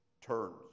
turns